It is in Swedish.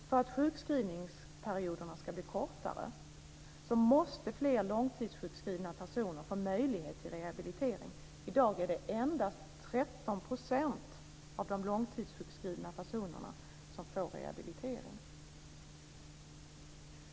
För att sjukskrivningsperioderna ska bli kortare måste fler långtidssjukskrivna personer få möjlighet till rehabilitering. I dag är det endast 13 % av de långtidssjukskrivna personerna som får rehabilitering.